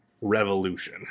Revolution